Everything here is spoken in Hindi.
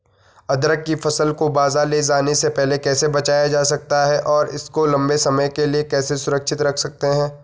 अदरक की फसल को बाज़ार ले जाने से पहले कैसे बचाया जा सकता है और इसको लंबे समय के लिए कैसे सुरक्षित रख सकते हैं?